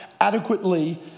adequately